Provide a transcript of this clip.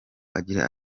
agira